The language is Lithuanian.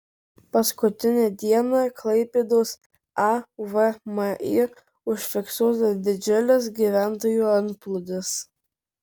paskutinę dieną klaipėdos avmi užfiksuota didžiulis gyventojų antplūdis